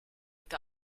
with